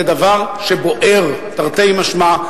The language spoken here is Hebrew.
זה דבר שבוער, תרתי משמע.